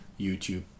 YouTube